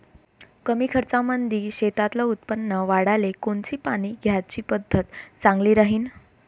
कमी खर्चामंदी शेतातलं उत्पादन वाढाले कोनची पानी द्याची पद्धत चांगली राहीन?